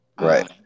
Right